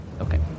Okay